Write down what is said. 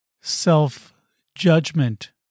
self-judgment